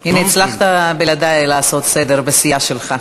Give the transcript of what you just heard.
הנה, הצלחת בלעדי לעשות סדר בסיעה שלך.